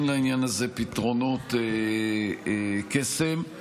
פתרונות קסם,